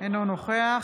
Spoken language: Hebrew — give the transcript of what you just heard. אינו נוכח